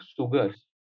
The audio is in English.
sugars